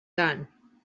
done